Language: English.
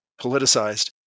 politicized